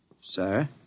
Sir